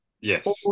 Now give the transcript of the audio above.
Yes